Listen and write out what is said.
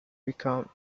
become